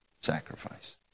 sacrifice